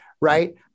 right